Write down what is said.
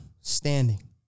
standing